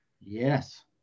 Yes